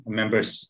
members